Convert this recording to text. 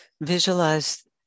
visualize